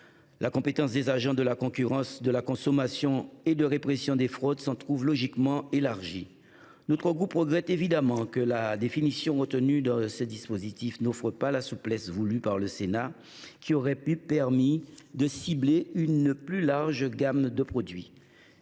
la direction générale de la concurrence, de la consommation et de la répression des fraudes s’en trouve logiquement élargie. Notre groupe regrette évidemment que la définition retenue de ces dispositifs n’offre pas la souplesse voulue par le Sénat, laquelle aurait permis de cibler une plus large gamme de produits.